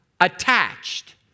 attached